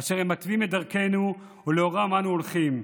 אשר הם מתווים את דרכנו ולאורם אנו הולכים.